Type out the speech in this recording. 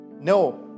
No